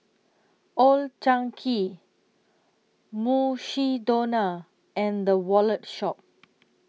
Old Chang Kee Mukshidonna and The Wallet Shop